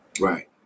Right